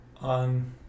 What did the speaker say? on